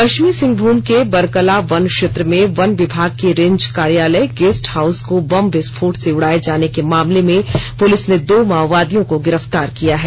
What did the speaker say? पश्चिमी सिंहभूम के बरकला वन क्षेत्र में वन विभाग के रेंज कार्यालय गेस्ट हाउस को बम विस्फोट से उड़ाये जाने के मामले में पुलिस ने दो माओवादियों को गिरफ़्तार किया है